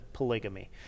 polygamy